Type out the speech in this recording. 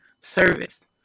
service